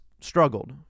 struggled